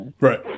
Right